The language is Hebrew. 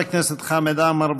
חבר הכנסת חמד עמאר,